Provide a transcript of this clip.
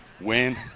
win